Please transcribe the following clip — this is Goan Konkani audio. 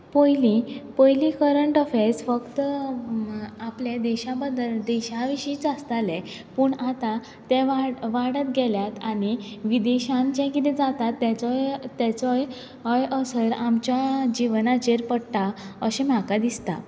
पोयलीं पोयलीं करंट अफॅर्स फक्त आपले देशा बद्दल देशा विशींच आसताले पूण आतां ते वाड वाडत गेल्यात आनी विदेशान जें किदें जाता तेजोय तेचोय अय असर आमच्या जिवनाचेर पडटा अशें म्हाका दिसता